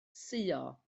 suo